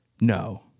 no